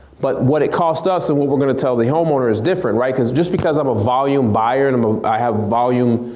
but what it costs us and what we're gonna tell the homeowner is different right? just because i'm a volume buyer and um i have volume